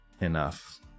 enough